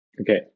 Okay